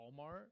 walmart